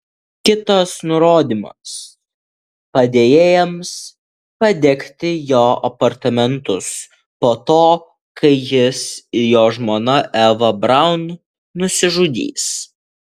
kitas nurodymas padėjėjams padegti jo apartamentus po to kai jis ir jo žmona eva braun nusižudys